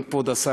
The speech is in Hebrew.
ואם כבוד השר,